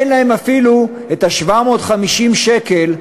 אין להן אפילו את 750 השקלים,